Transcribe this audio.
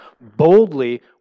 boldly